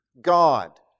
God